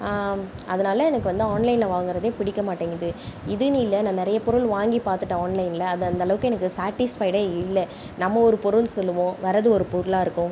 அதனால எனக்கு வந்து ஆன்லைனில் வாங்குறது பிடிக்க மாட்டேங்குது இதுன்னு இல்லை நான் நிறையா பொருள் வாங்கி பார்த்துட்டேன் ஆன்லைனில் அது அந்தளவுக்கு எனக்கு சாட்டிஸ்ஃபைடு இல்லை நம்ம ஒரு பொருள் சொல்லுவோம் வரது ஒரு பொருளாக இருக்கும்